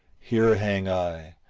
here hang i,